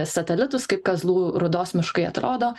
satelitus kaip kazlų rūdos miškai atrodo